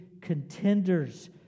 contenders